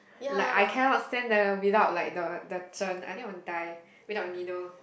like I cannot stand the without like the the I think I will die without the needle